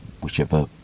whichever